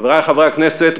חברי חברי הכנסת,